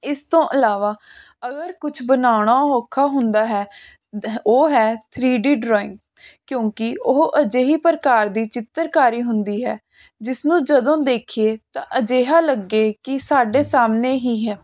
ਇਸ ਤੋਂ ਇਲਾਵਾ ਅਗਰ ਕੁਛ ਬਣਾਉਣਾ ਔਖਾ ਹੁੰਦਾ ਹੈ ਉਹ ਹੈ ਥਰੀ ਡੀ ਡਰਾਈਗ ਕਿਉਂਕਿ ਉਹ ਅਜਿਹੀ ਪ੍ਰਕਾਰ ਦੀ ਚਿੱਤਰਕਾਰੀ ਹੁੰਦੀ ਹੈ ਜਿਸਨੂੰ ਜਦੋਂ ਦੇਖੀਏ ਤਾਂ ਅਜਿਹਾ ਲੱਗੇ ਕਿ ਸਾਡੇ ਸਾਹਮਣੇ ਹੀ ਹੈ